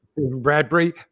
bradbury